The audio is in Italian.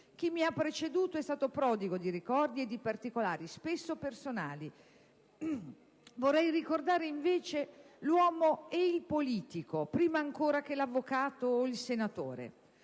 Chi mi ha preceduto, infatti, è stato prodigo di ricordi e di particolari, spesso personali. Vorrei ricordare, invece, l'uomo e il politico prima ancora che l'avvocato o il senatore.